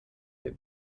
der